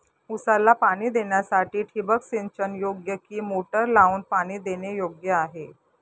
ऊसाला पाणी देण्यासाठी ठिबक सिंचन योग्य कि मोटर लावून पाणी देणे योग्य आहे?